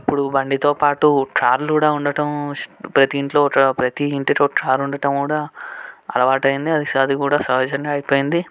ఇప్పుడు బండితో పాటు కార్లు కూడా ఉండటం ప్రతీ ఇంట్లో ఒక ప్రతీ ఇంటికో ఒక కారు ఉండటం కూడా అలవాటు అయింది అది స అది కూడా సహజంగా అయిపోయింది